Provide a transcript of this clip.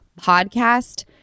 PODCAST